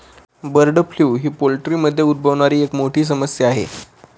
bird flu ही पोल्ट्रीमध्ये उद्भवणारी एक मोठी समस्या आहे